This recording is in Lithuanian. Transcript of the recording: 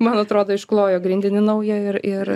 man atrodo išklojo grindinį naują ir ir